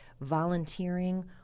volunteering